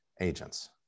agents